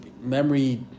memory